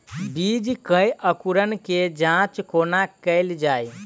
बीज केँ अंकुरण केँ जाँच कोना केल जाइ?